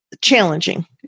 challenging